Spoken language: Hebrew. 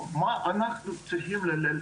שכר?